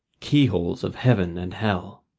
keyholes of heaven and hell.